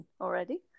already